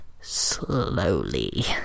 slowly